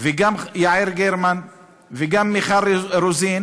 וגם יעל גרמן וגם מיכל רוזין